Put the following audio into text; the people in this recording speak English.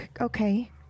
Okay